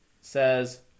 says